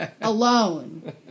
alone